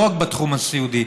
לא רק בתחום הסיעודי,